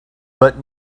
but